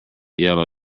yellow